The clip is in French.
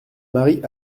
marie